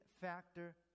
factor